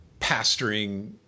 pastoring